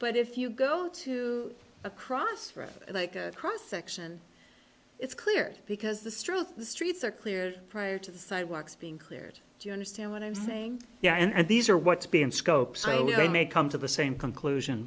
but if you go to a cross for a cross section it's clear because the strewth streets are cleared prior to the sidewalks being cleared do you understand what i'm saying yeah and these are what's been scope so they may come to the same conclusion